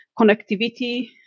Connectivity